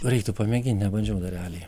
reiktų pamėginti nebandžiau dar raeliai